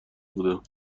بودم